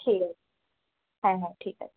ঠিক আছে হ্যাঁ হ্যাঁ ঠিক আছে